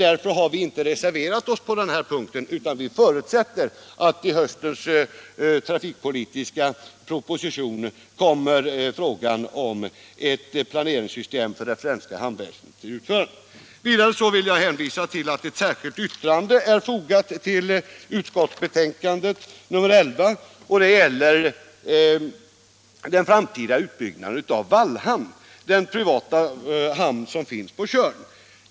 Därför har vi inte reserverat oss på den här punkten, utan vi förutsätter att frågan beaktas i höstens trafikpolitiska proposition, så att ett planeringssystem för det svenska hamnväsendet kommer till stånd. Vidare vill jag påpeka att ett särskilt yttrande är fogat till utskottsbetänkandet nr 11, och det gäller den framtida utbyggnaden av Wallhamn, den privata hamn som finns på Tjörn.